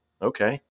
Okay